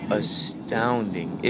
astounding